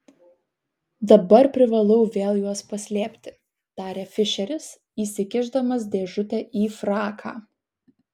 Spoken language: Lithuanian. dabar privalau vėl juos paslėpti tarė fišeris įsikišdamas dėžutę į fraką